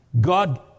God